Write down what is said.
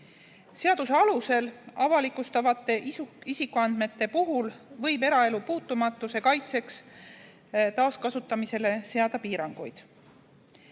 Seaduse alusel avalikustatavate isikuandmete puhul võib eraelu puutumatuse kaitseks seada taaskasutamisele piiranguid.